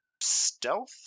stealth